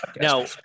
Now